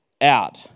out